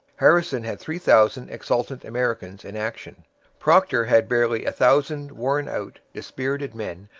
harrison had three thousand exultant americans in action procter had barely a thousand worn-out, dispirited men,